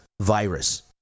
virus